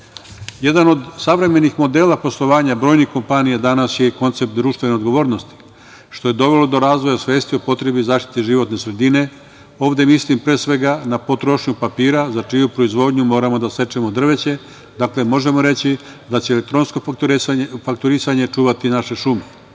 od savremenih modela poslovanja brojnih kompanija danas je i koncept društvene odgovornosti, što je dovelo do razvoja svesti o potrebi zaštite životne sredine. Ovde mislim, pre svega, na potrošnju papira za čiju proizvodnju moramo da sečemo drveće. Dakle, možemo reći da će elektronsko fakturisanje čuvati naše